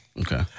Okay